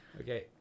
Okay